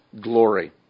glory